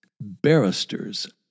barristers